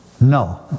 No